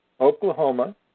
Oklahoma